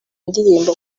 ndirimbo